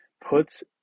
puts